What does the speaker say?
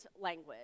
language